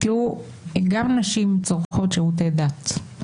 גם נשים צורכות שירותי דת,